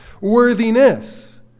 worthiness